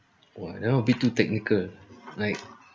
!wah! that one a bit too technical like